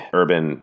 urban